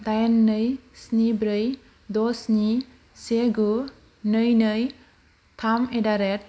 दाइन नै स्नि ब्रै द' स्नि से गु नै नै थाम एटडारेट